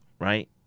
right